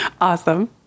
Awesome